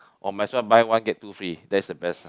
or must what buy one get two free that is the best lah